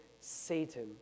Satan